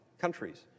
countries